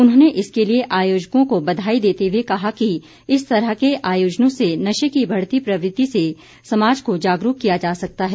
उन्होंने इसके लिए आयोजकों को बधाई देते हुए कहा कि इस तरह के आयोजनों से नशे की बढ़ती प्रवृत्ति से समाज को जागरूक किया जा सकता है